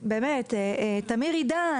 חג'ג', תמיר עידן